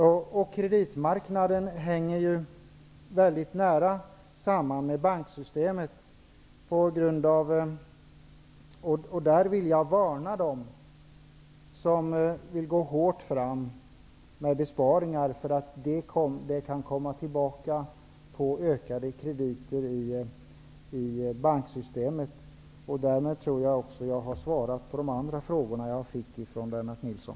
Kreditmarknaden hänger mycket nära samman med banksystemet. Jag vill varna dem som vill gå hårt fram med besparingar. Det kan slå tillbaka i form av ökade krediter i banksystemet. Jag tror att jag därmed har svarat på de frågor som jag har fått från Lennart Nilsson.